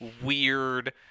weird